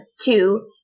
two